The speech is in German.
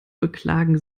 beklagen